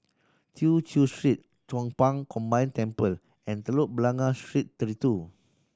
Tew Chew Street Chong Pang Combined Temple and Telok Blangah Street Thirty Two